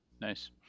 Nice